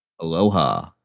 Aloha